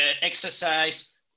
exercise